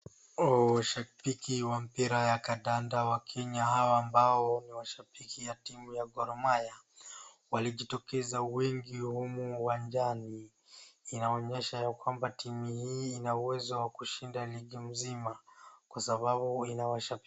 Shabiki wa mpira ya kandanda wakenya hawa ambao niwashabiki ya timu ya Gor Mahia. Walijitokeza wengi humu uwanjani inaonyesha ya kwamba timu hii inauwezo kushinda ligi mzima kwa sababu ina washabiki.